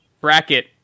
bracket